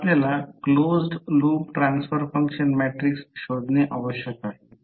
आता आपल्याला closed loop transfer function matrix शोधणे आवश्यक आहे